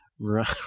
right